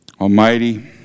Almighty